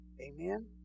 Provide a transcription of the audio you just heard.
Amen